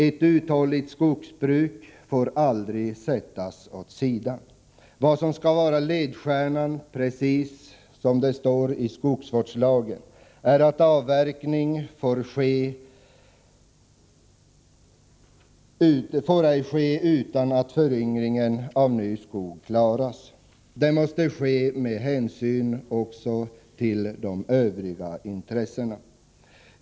Ett uthålligt skogsbruk får aldrig sättas åt sidan. Vad som skall vara ledstjärnan — precis som det står i skogsvårdslagen — är att avverkning ej får ske utan att föryngringen av skogen klaras. Detta måste ske med hänsyn tagen också till de övriga intressena.